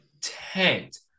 tanked